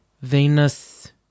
Venus